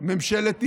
ממשלת ישראל,